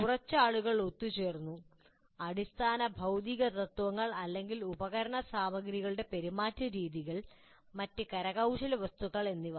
കുറച്ച് ആളുകൾ ഒത്തുചേർന്നു അടിസ്ഥാന ഭൌതിക തത്ത്വങ്ങൾ അല്ലെങ്കിൽ ഉപകരണ സാമഗ്രികളുടെ പെരുമാറ്റരീതികൾ മറ്റ് കരകൌശല വസ്തുക്കൾ എന്നിവ